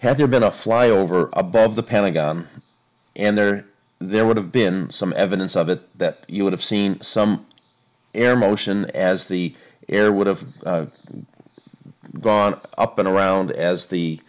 had there been a fly over a bed of the pentagon and there there would have been some evidence of it that you would have seen some air motion as the air would have gone up and around as